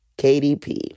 KDP